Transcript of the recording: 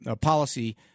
policy